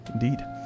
indeed